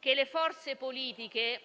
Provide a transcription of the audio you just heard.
che le forze politiche